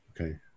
Okay